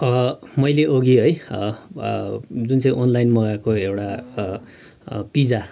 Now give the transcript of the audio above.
अँ मैले अघि है जुन चाहिँ अनलाइन मगाएको एउटा पिज्जा